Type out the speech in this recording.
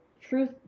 truth